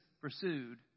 pursued